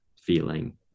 feeling